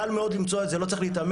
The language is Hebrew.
קל מאוד למצוא את זה לא צריך להתאמץ,